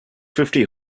fifty